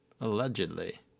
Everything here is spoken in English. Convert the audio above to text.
Allegedly